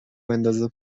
بندازه